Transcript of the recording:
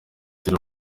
turi